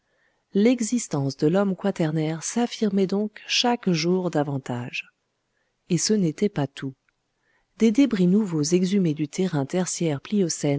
l'existence de l'homme quaternaire s'affirmait donc chaque jour davantage et ce n'était pas tout des débris nouveaux exhumés du terrain tertiaire